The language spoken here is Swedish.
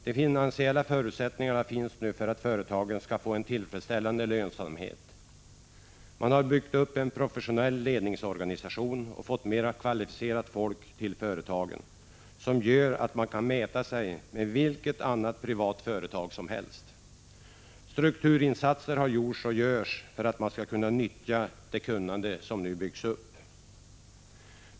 De finansiella förutsättningarna finns nu för att företagen skall få en tillfredsställande lönsamhet. Man har byggt upp en professionell ledningsorganisation och fått mer kvalificerade personer till företagen. Detta gör att företagen kan mäta sig med vilka andra privata företag som helst. Strukturinsatser har gjorts och görs för att man skall kunna nyttja det kunnande som nu byggts upp.